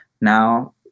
Now